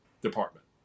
department